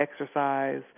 exercise